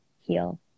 heal